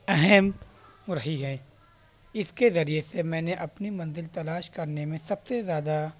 اہم ہو رہی ہے اس کے ذریعے سے میں نے اپنی منزل تلاش کرنے میں سب سے زیادہ